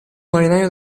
marinaio